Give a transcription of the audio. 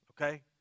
okay